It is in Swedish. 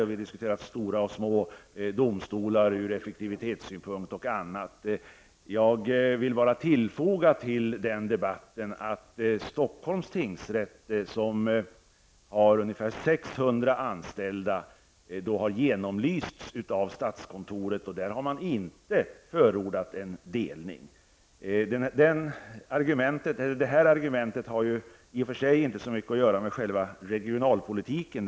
Vi har diskuterat stora och små domstolar bl.a. ur effektivitetssynpunkt. Till den debatten vill jag tillfoga att Stockholms tingsrätt, som har ungefär 600 anställda, har genomlysts av statskontoret. Man har inte förordat en delning. Det här argumentet har i och för sig inte så mycket att göra med regionalpolitiken.